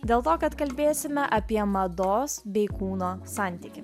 dėl to kad kalbėsime apie mados bei kūno santykį